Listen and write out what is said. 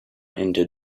into